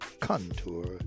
Contour